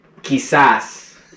Quizás